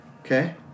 Okay